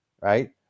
right